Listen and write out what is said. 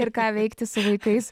ir ką veikti su vaikais